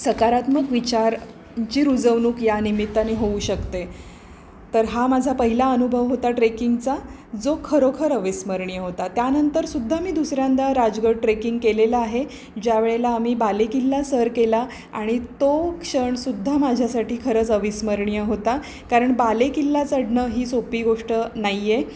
सकारात्मक विचार ची रुजवणूक या निमित्ताने होऊ शकते तर हा माझा पहिला अनुभव होता ट्रेकिंगचा जो खरोखर अविस्मरणीय होता त्यानंतर सुद्धा मी दुसऱ्यांदा राजगड ट्रेकिंग केलेलं आहे ज्यावेळेला आम्ही बालेकिल्ला सर केला आणि तो क्षणसुद्धा माझ्यासाठी खरंच अविस्मरणीय होता कारण बालेकिल्ला चढणं ही सोपी गोष्ट नाही आहे